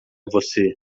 você